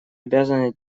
обязаны